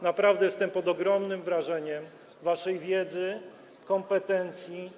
Naprawdę jestem pod ogromnym wrażeniem waszej wiedzy, kompetencji.